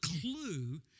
clue